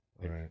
right